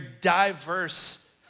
diverse